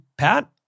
Pat